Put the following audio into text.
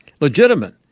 legitimate